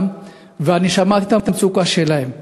ושמעתי את המצוקה שלהם.